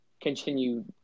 continue